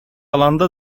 alanda